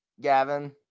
Gavin